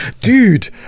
dude